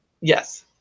yes